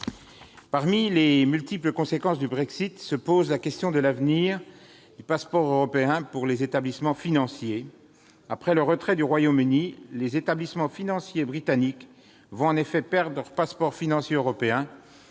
Parmi les multiples conséquences du Brexit se pose la question de l'avenir du « passeport européen » pour les établissements financiers. Après le retrait du Royaume-Uni, les établissements financiers britanniques vont en effet perdre leur « passeport financier européen